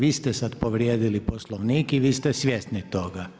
Vi ste sad povrijedili Poslovnik i vi ste svjesni toga.